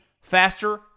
faster